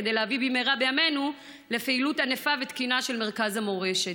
כדי להביא במהרה בימינו לפעילות ענפה ותקינה של מרכז המורשת.